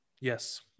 yes